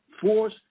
force